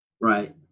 Right